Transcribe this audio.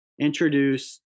introduce